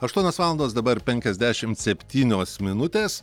aštuonios valandos dabar penkiasdešimt septynios minutės